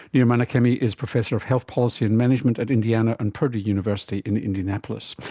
nir menachemi is professor of health policy and management at indiana and perdue university in indianapolis.